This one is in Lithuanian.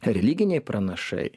religiniai pranašai